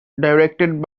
directed